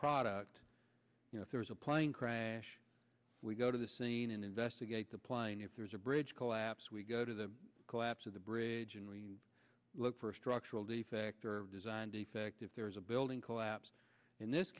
product you know if there's a plane crash we go to the scene and investigate the plane if there's a bridge collapse we go to the collapse of the bridge and we look for a structural defects or design defect if there is a building collapse in this